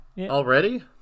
already